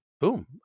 boom